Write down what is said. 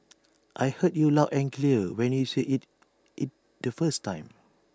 I heard you loud and clear when you said IT it the first time